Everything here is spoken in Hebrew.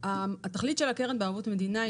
התכלית של קרן בערבות מדינה,